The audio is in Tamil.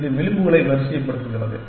இது விளிம்புகளை வரிசைப்படுத்துகிறது